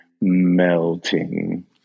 melting